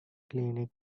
clinic